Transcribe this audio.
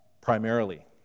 primarily